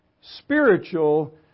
spiritual